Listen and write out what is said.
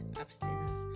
abstinence